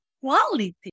quality